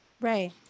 Right